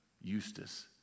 Eustace